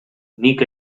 nik